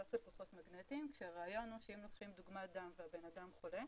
שמבוסס על לוחות מגנטיים שהרעיון הוא שאם לוקחים דוגמת דם והבנאדם חולה,